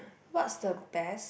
what's the best